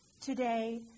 today